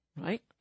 Right